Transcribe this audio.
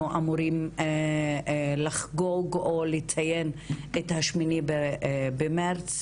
אמורים לחגוג או לציין את ה-8 במרץ,